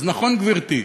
אז נכון, גברתי,